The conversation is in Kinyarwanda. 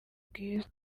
bwiza